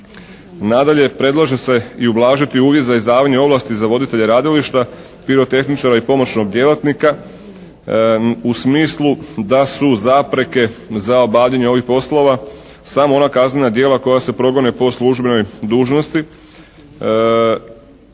Nadalje predlaže se i ublažiti uvjet za izdavanje ovlasti za voditelje radilišta, pirotehničara i pomoćnog djelatnika u smislu da su zapreke za obavljanje ovih poslova samo ona kaznena djela koja se progone po službenoj dužnosti